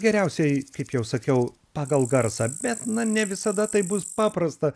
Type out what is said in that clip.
geriausiai kaip jau sakiau pagal garsą bet na ne visada tai bus paprasta